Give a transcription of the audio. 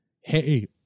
hey